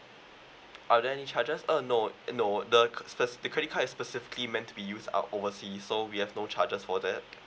are there any charges uh no no the ca~ s~ the credit card is specifically meant to be use at overseas so we have no charges for that